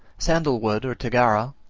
sandal-wood or tagara,